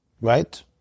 right